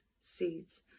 seeds